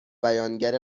بیانگر